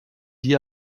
die